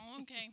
okay